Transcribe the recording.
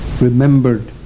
remembered